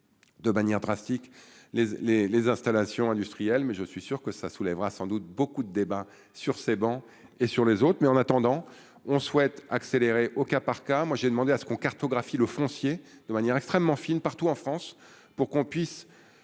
de manière drastique les, les, les installations industrielles, mais je suis sûr que ça soulèvera sans doute beaucoup de débats, sur ces bancs et sur les autres, mais en attendant on souhaite accélérer au cas par cas, moi j'ai demandé à ce qu'on cartographie le foncier de manière extrêmement fine partout en France pour qu'on puisse